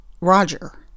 roger